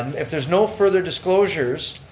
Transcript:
if there's no further disclosures,